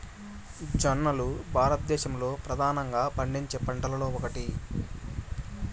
జొన్నలు భారతదేశంలో ప్రధానంగా పండించే పంటలలో ఒకటి